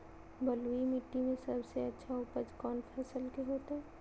बलुई मिट्टी में सबसे अच्छा उपज कौन फसल के होतय?